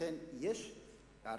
לכן, יש ערכים